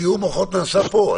סיעור המוחות נעשה פה.